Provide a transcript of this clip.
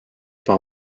par